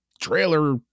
trailer